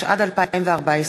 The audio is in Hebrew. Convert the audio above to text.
התשע"ד 2014,